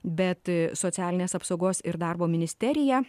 bet socialinės apsaugos ir darbo ministerija